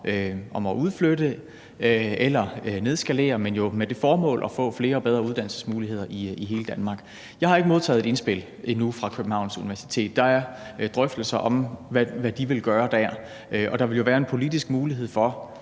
om udflytning eller nedskalering, men jo med det formål at få flere og bedre uddannelsesmuligheder i hele Danmark. Jeg har ikke modtaget et indspil endnu for Københavns Universitet. Der er drøftelser om, hvad de vil gøre der, og der vil jo være en politisk mulighed for